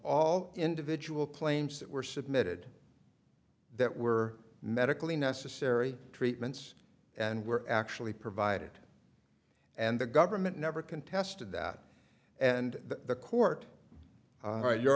all individual claims that were submitted that were medically necessary treatments and were actually provided and the government never contested that and the court your